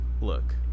look